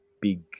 big